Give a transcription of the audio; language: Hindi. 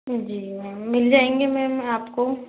जी मैम मिल जाएँगे मैम आपको